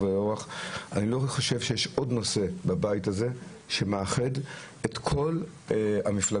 אני לא חושב שיש עוד נושא בבית הזה שמאחד את כל המפלגות,